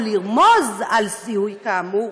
או לרמוז על זיהויו כאמור,